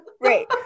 Right